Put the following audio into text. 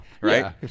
right